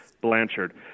Blanchard